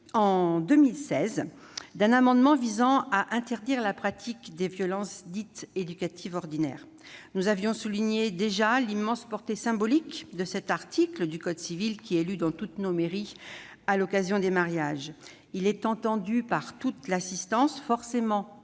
et à la citoyenneté visant à interdire la pratique des violences dites « éducatives ordinaires ». Nous avions souligné alors l'immense portée symbolique de cet article du code civil. Lu dans toutes nos mairies à l'occasion des mariages, il est entendu par toute l'assistance, forcément attentive,